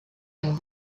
town